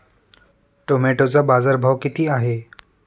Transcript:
टोमॅटोचा बाजारभाव किती आहे?